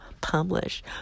publish